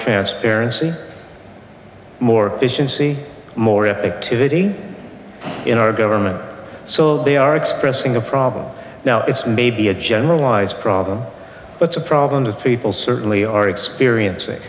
transparency more efficiency more effectively in our government so they are expressing the problem now it's maybe a generalized problem but the problems of people certainly are experiencing